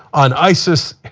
on nicest,